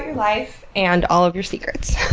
life and all of your secrets.